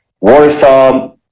Warsaw